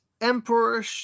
emperor